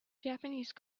japanese